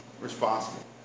responsible